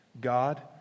God